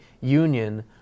union